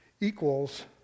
equals